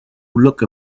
look